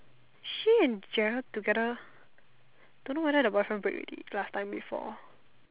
she and Gerald together don't know whether the boyfriend break already last time before